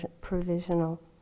provisional